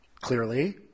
Clearly